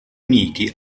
uniti